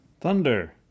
Thunder